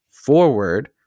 Forward